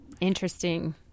Interesting